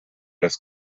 das